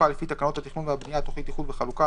לפי תקנות התכנון והבנייה (תכנית איחוד וחלוקה),